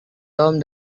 tom